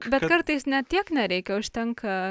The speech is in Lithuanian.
bet kartais net tiek nereikia užtenka